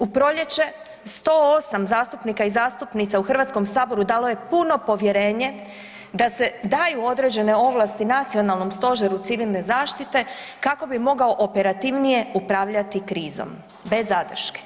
U proljeće 108 zastupnika i zastupnica u Hrvatskom saboru dalo je puno povjerenje da se daju određene ovlasti Nacionalnom stožeru civilne zaštite kako bi mogao operativnije upravljati krizom bez zadrške.